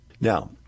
Now